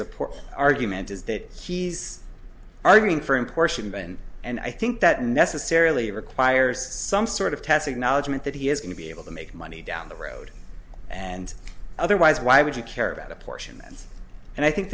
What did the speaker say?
support argument is that he's arguing for him portion bend and i think that necessarily requires some sort of tacit acknowledgement that he is going to be able to make money down the road and otherwise why would you care about apportionment and i think